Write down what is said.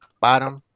bottom